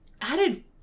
added